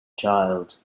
child